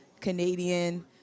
Canadian